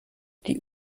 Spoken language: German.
die